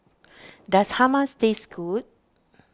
does Hummus taste good